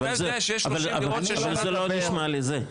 אבל זה לא נשמע לי זה.